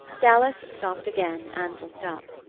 dallas stopped again, and looked up.